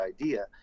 idea